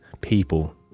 people